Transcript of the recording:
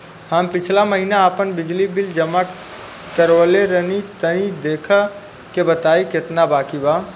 हम पिछला महीना आपन बिजली बिल जमा करवले रनि तनि देखऽ के बताईं केतना बाकि बा?